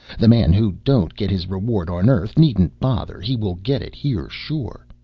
the man who don't get his reward on earth, needn't bother he will get it here, sure.